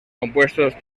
compuestos